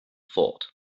thought